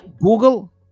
Google